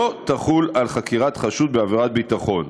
לא תחול על חקירת חשוד בעבירת ביטחון.